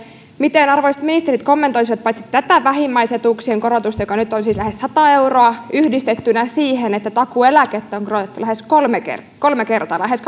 miten arvoisat ministerit kommentoisivat tätä vähimmäisetuuksien korotusta joka nyt on siis lähes sata euroa yhdistettynä siihen että takuueläkettä on korotettu kolme kertaa kolme kertaa lähes